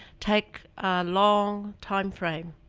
take a long timeframe.